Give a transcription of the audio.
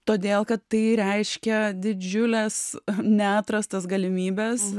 todėl kad tai reiškia didžiules neatrastas galimybes